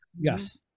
Yes